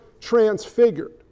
transfigured